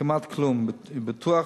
כמעט כלום, ובטוח